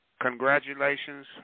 Congratulations